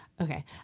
Okay